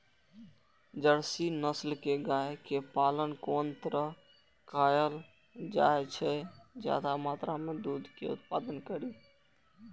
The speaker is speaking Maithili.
जर्सी नस्ल के गाय के पालन कोन तरह कायल जाय जे ज्यादा मात्रा में दूध के उत्पादन करी?